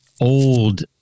old